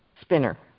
spinner